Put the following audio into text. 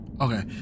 Okay